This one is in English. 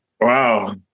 Wow